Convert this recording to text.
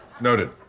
Noted